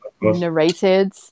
narrated